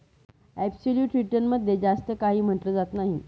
absolute return मध्ये जास्त काही म्हटलं जात नाही